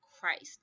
Christ